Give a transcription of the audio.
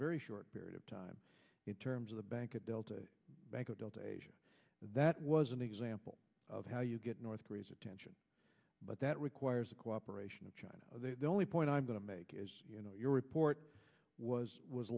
very short period of time in terms of the bank banco delta asia that was an example of how you get north korea's attention but that requires the cooperation of china the only point i'm going to make is you know your report was